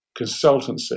consultancy